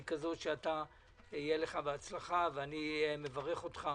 שיהיה לך בהצלחה, אני מברך אותך